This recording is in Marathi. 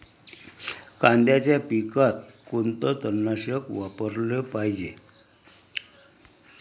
कांद्याच्या पिकात कोनचं तननाशक वापराले पायजे?